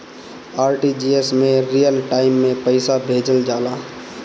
RTGS में real time में पइसा भेजल जाला